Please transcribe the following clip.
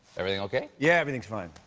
everything okay? yeah, everything's fine.